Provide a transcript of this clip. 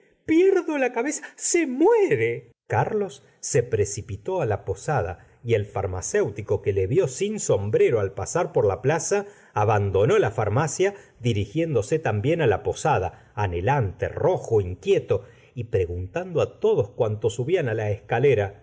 pierdo la cabeza se muere carlos se precipitó á la posada y el farmacéutico que le vió sin sombrero al pasar por la plaza abandonó la farmacia dirigiéndose tambien á la posada anhelante rojo inquieto y preguntando á todos cuantos subían la escalera